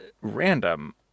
random